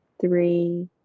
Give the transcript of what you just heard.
three